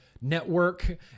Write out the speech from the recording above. network